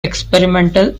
experimental